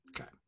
Okay